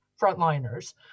frontliners